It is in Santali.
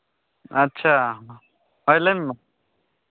ᱟᱪᱪᱷᱟ ᱦᱮᱸ ᱞᱟᱹᱭ ᱢᱮ ᱢᱟ